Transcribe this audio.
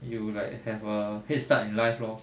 you like have a head start in life lor